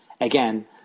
Again